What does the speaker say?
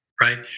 right